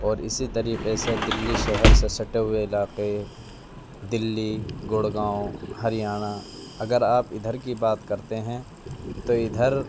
اور اسی طریقے سے دہلی شہر سے سٹے ہوئے علاقے دہلی گڑگاؤں ہریانہ اگر آپ ادھر کی بات کرتے ہیں تو ادھر